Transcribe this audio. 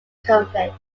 conflict